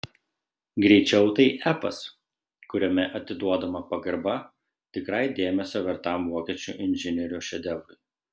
greičiau tai epas kuriame atiduodama pagarba tikrai dėmesio vertam vokiečių inžinierių šedevrui